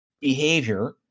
behavior